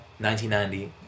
1990